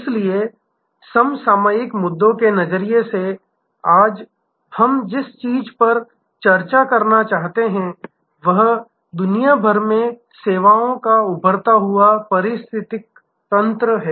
इसलिए समसामयिक मुद्दों के नजरिए से आज हम जिस चीज पर चर्चा करना चाहते हैं वह दुनिया भर में सेवाओं का उभरता हुआ पारिस्थितिकी तंत्र है